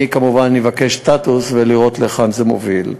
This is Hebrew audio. אני כמובן אבקש סטטוס לראות להיכן זה מוביל.